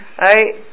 Right